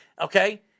Okay